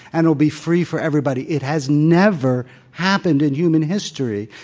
and it'll be free for everybody. it has never happened in human history.